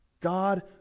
God